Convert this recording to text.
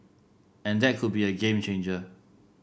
and that could be a game changer